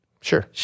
Sure